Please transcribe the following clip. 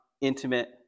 intimate